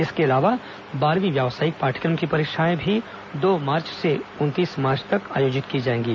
इसके अलावा बारहवीं व्यावसायिक पाठ्यक्रम की परीक्षाएं भी दो मार्च से उनतीस मार्च तक आयोजित की जाएंगी